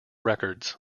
records